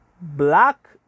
Black